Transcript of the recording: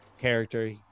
character